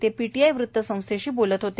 ते पीटीआय या वृत्त संस्थेशी बोलत होते